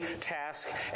task